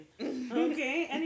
Okay